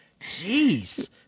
Jeez